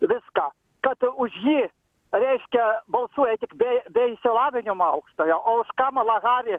viską kad už jį reiškia balsuoja tik be be išsilavinimo aukštojo o už kamalą hari